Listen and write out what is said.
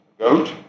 goat